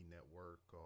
Network